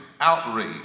outrage